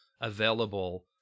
available